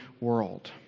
world